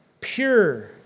pure